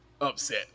upset